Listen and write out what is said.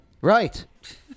Right